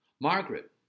Margaret